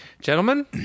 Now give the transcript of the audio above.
Gentlemen